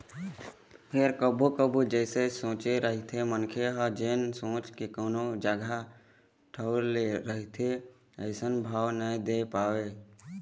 फेर कभू कभू जइसे सोचे रहिथे मनखे ह जेन सोच के कोनो जगा ठउर ल ले रहिथे अइसन भाव नइ दे पावय